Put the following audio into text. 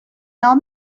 نام